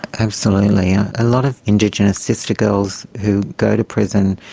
absolutely. a lot of indigenous sistergirls who go to prison,